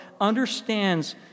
understands